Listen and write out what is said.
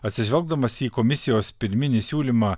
atsižvelgdamas į komisijos pirminį siūlymą